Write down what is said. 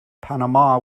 panama